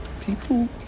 People